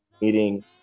meeting